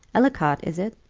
ellicot, is it?